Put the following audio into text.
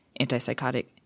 antipsychotic